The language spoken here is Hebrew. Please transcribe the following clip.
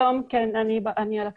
שלום, אני על הקו.